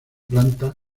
planta